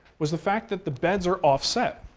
was the fact that the beds are offset.